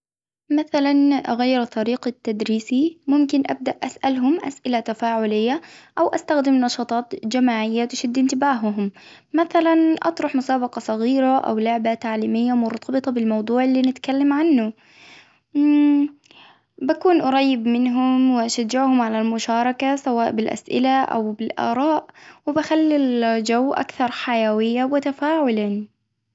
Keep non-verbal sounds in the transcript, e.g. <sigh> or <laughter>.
مثلا أغير طريقة تدريسي، ممكن أبدأ أسألهم أسئلة تفاعلية، أو أستخدم نشاطات جماعية تشد إنتباههم، مثلا أطرح مسابقة صغيرة أو لعبة تعليمية مرتبطة بالموضوع اللي نتكلم عنه، <hesitation> بكون قريب منهم وأشجعهم المشاركة سواء بالأسئلة أو بالآراء، وبخلي ال-الجو أكثر حيوية وتفاعلا.